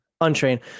untrained